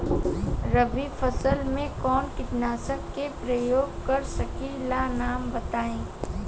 रबी फसल में कवनो कीटनाशक के परयोग कर सकी ला नाम बताईं?